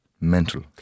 mental